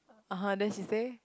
(uh huh) then she say